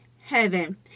heaven